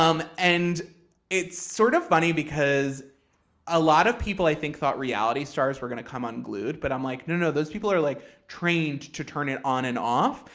um and it's sort of funny because a lot of people i think thought reality stars were going to come unglued, but i'm like, no, no. those people are like trained to turn it on and off,